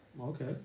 okay